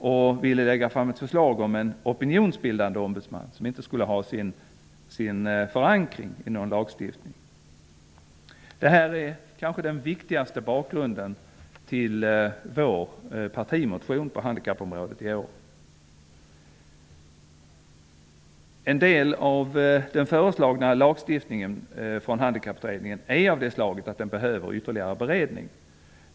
Man ville lägga fram ett förslag om en opinionsbildande ombudsman som inte skulle ha sin förankring i någon lagstiftning. Detta är kanske det viktigaste i bakgrunden till En del av den lagstiftning som Handikapputredningen föreslagit är av det slaget att den behöver ytterligare beredning.